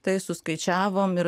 tai suskaičiavom ir